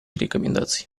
рекомендаций